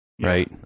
Right